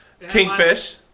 Kingfish